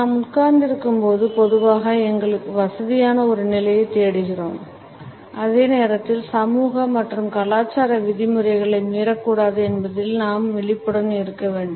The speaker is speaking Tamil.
நாம் உட்கார்ந்திருக்கும்போது பொதுவாக எங்களுக்கு வசதியான ஒரு நிலையை தேடுகிறோம் அதே நேரத்தில் சமூக மற்றும் கலாச்சார விதிமுறைகளை மீறக்கூடாது என்பதில் நாம் விழிப்புடன் இருக்கிறோம்